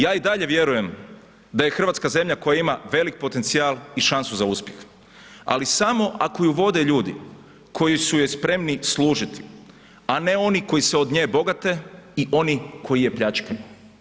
Ja i dalje vjerujem da je Hrvatska zemlja koja ima velik potencijal i šansu za uspjeh ali samo ako ju vode ljudi koji su je spremni služiti a ne oni koji se od nje bogate i oni koji je pljačkaju.